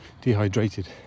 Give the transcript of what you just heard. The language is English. dehydrated